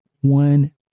one